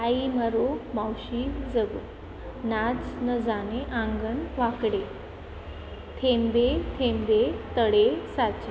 आई मरो मावशी जगो नाच न जाने आंगन वाकडे थेंबे थेंबे तळे साचे